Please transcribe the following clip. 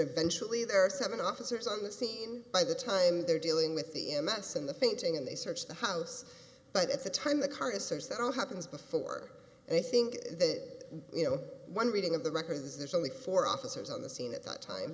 eventually there are seven officers on the scene by the time they're dealing with the m x and the fainting and they search the house but at the time the car is such that all happens before and i think that you know one reading of the records there's only four officers on the scene at the time